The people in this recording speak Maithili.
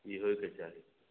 ई होएके चाही